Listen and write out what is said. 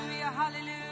Hallelujah